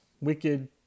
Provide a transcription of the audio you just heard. Wicked